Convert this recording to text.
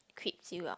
creeps you out